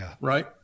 right